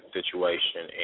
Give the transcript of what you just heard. Situation